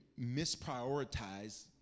misprioritize